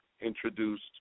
introduced